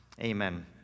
Amen